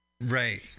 Right